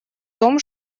том